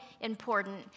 important